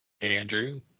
Andrew